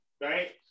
right